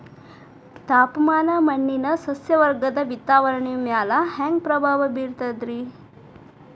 ತಾಪಮಾನ ಮಣ್ಣಿನ ಸಸ್ಯವರ್ಗದ ವಿತರಣೆಯ ಮ್ಯಾಲ ಹ್ಯಾಂಗ ಪ್ರಭಾವ ಬೇರ್ತದ್ರಿ?